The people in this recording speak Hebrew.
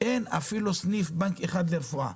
אין אפילו סניף בנק אחד לרפואה.